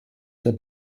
der